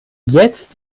jetzt